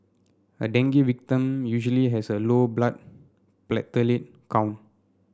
a dengue victim usually has a low blood platelet count